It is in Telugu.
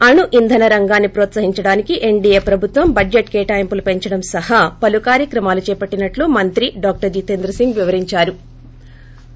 అణు ఇంధన రంగాన్ని ప్రోత్సహించడానికి ఎన్దీయే ప్రభుత్వం బడ్జెట్ కేటాయింపులు పెంచడం సహా పలు కార్యక్రమాలు చేపట్టినట్టు మంత్రి డాక్టర్ జితేంద్ర సింగ్ వివరించారు